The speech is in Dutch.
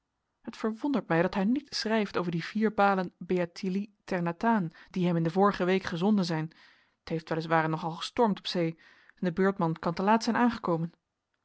het verwondert mij dat hij niets schrijft over die vier balen beathilies ternatanes die hem in de vorige week gezonden zijn het heeft wel is waar nogal gestormd op zee en de beurtman kan te laat zijn aangekomen